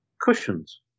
Cushions